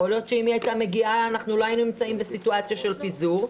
יכול להיות שאם היא הייתה מגיעה לא היינו נמצאים בסיטואציה של פיזור.